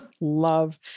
love